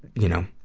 you know.